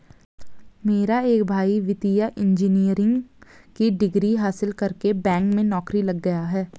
मेरा एक भाई वित्तीय इंजीनियरिंग की डिग्री हासिल करके बैंक में नौकरी लग गया है